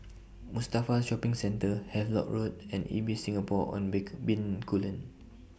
Mustafa Shopping Centre Havelock Road and Ibis Singapore on Bencoolen